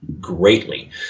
greatly